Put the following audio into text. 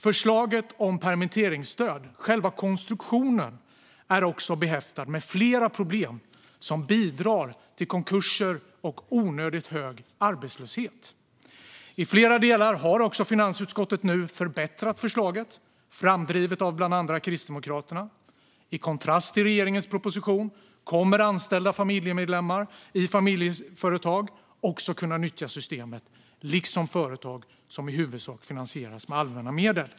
Förslaget om permitteringsstöd, själva konstruktionen, är dock behäftat med flera problem som kan bidra till konkurser och onödigt hög arbetslöshet. I flera delar har finansutskottet nu också förbättrat förslaget, framdrivet av bland andra Kristdemokraterna. I kontrast till regeringens proposition kommer anställda familjemedlemmar i familjeföretag också att kunna nyttja systemet, liksom företag som i huvudsak finansieras med allmänna medel.